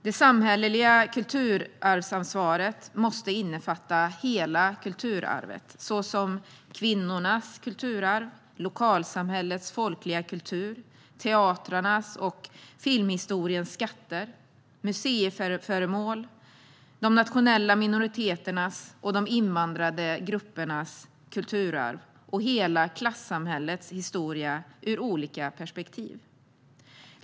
Det samhälleliga kulturarvsansvaret måste innefatta hela kulturarvet, såsom kvinnornas kulturarv, lokalsamhällets folkliga kultur, teatrarnas och filmhistoriens skatter, museiföremål, de nationella minoriteternas och de invandrade gruppernas kulturarv och hela klassamhällets historia ur olika perspektiv.